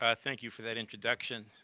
ah thank you for that introduction.